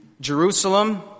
Jerusalem